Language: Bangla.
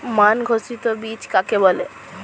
মান ঘোষিত বীজ কাকে বলে?